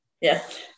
Yes